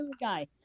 guy